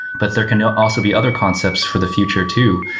but there can also be other concepts for the future too.